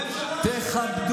תכבדו.